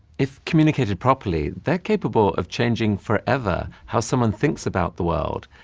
if communicated properly, they're capable of changing, forever, how someone thinks about the world,